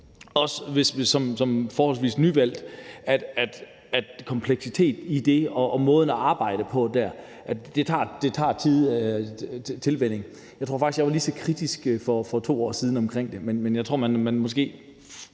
også som forholdsvis nyvalgt – at kompleksiteten i det og måden at arbejde på kræver tilvænning. Jeg tror faktisk, at jeg var lige så kritisk over for det for 2 år siden, men jeg tror, at man måske